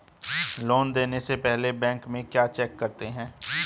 Loan देने से पहले बैंक में क्या चेक करते हैं?